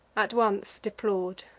at once deplor'd!